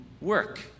work